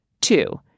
Two